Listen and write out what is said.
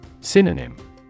Synonym